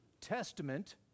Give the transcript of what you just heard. Testament